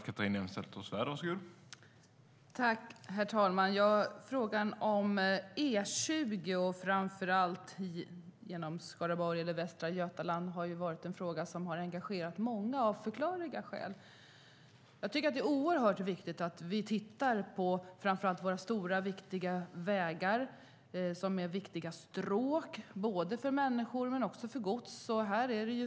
Herr talman! Frågan om E20, framför allt genom Skaraborg och Västra Götaland, är en fråga som har engagerat många av förklarliga skäl. Jag tycker att det är viktigt att vi tittar på framför allt våra stora vägar som är viktiga stråk för både människor och gods.